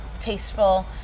tasteful